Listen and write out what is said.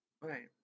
Right